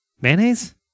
Mayonnaise